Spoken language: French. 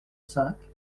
cinq